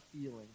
feeling